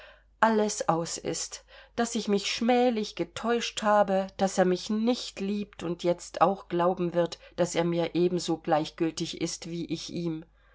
alles aus ist daß ich mich schmählich getäuscht habe daß er mich nicht liebt und jetzt auch glauben wird daß er mir ebenso gleichgültig ist wie ich ihm